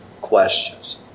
questions